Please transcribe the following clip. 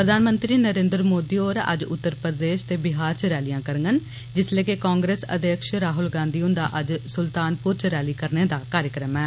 प्रधानमंत्री नरेन्द्र मोदी होर अज्ज उत्तर प्रदेष ते बिहार च रैलियां करडन जिसलै कि कांग्रेस अध्यक्ष राहुल गांधी हुन्दा अज्ज सुलतानपुर च रैली करने दा कार्यक्रम ऐ